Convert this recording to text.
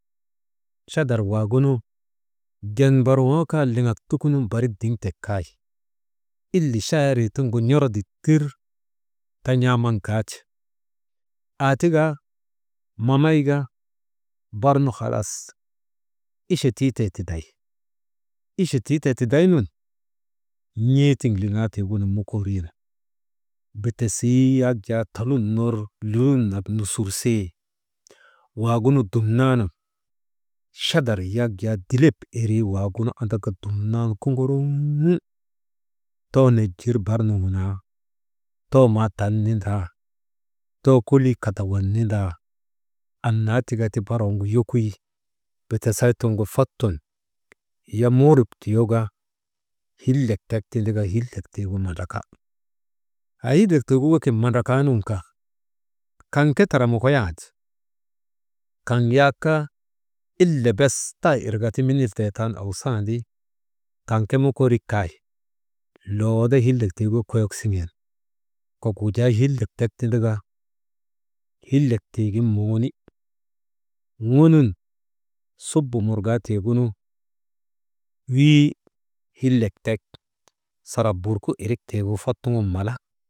Chadar waagunu jiŋ mborŋoo kaa liŋak tukunun barik diŋtek kay, ille chaarii tiŋgu n̰or dittir ta n̰aaman gaate, aa tika mamayka barnu halas iche tiitee tiday, iche tii tee tiday nun n̰ee tiŋ liŋaa tiigunun mokooriinu, bitasii yak jaa talun ner lulun nak nusuress, waagunu dumnaanu chadar yak jaa dilep irrii wagunu andaka dumnan koŋoroŋ too nojir bar nuŋunaa, too maa tal nindaa, too kolii kadawan nindaa, annaa tika ti bar waŋgu yokoyi bitasii tiŋgu fat sun, hiya muhirip tiyoka hillek tek tindaka hillek tiigu mandrake, haa hilek tiigu wekit mandrakaa nun kaa, kaŋ ke tara mokoyandi, kaŋ yak ille bes taa irka ti miniltee tan awsandi, kaŋ ke mokoorik kay, loode hillek tiigu koyok siŋen kok wujaa hillek tek tindi ka hiilek tiigin moŋoni, ŋonun subu murŋaa tiigunu, wii hillek tek sarap burku irik tiigu fot suŋun mala.